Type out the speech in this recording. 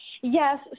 Yes